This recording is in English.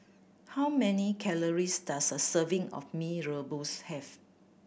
how many calories does a serving of Mee Rebus have